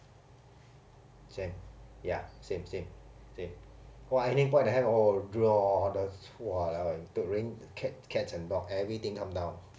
same ya same same same !wah! ending point that time !wah! !walao! eh rain cats cats and dogs everything come down